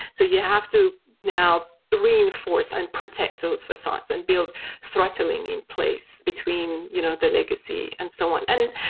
so you have to now reinforce and protect those facades and build throttling in place between you know the legacy and so on. and